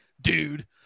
dude